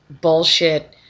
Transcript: bullshit